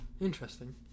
Interesting